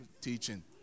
teaching